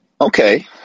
Okay